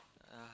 uh